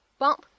bump